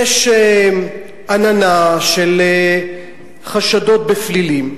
יש עננה של חשדות בפלילים,